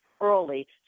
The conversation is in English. early